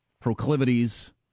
proclivities